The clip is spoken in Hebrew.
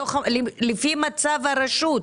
לפי מצב הרשות.